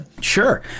sure